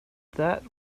that